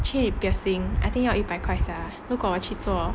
去 piercing I think 要一百块 sia 如果我去做